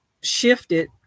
shifted